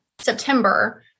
September